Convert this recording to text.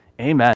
amen